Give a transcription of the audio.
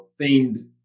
themed